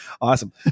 Awesome